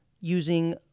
using